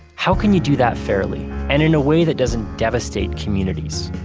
how can you do that fairly and in a way that doesn't devastate communities?